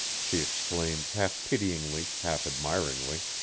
she exclaimed half-pityingly, half-admiringly.